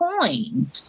coin